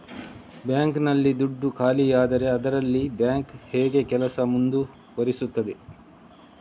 Bank ನಲ್ಲಿ ದುಡ್ಡು ಖಾಲಿಯಾದರೆ ಅದರಲ್ಲಿ ಬ್ಯಾಂಕ್ ಹೇಗೆ ಕೆಲಸ ಮುಂದುವರಿಸುತ್ತದೆ?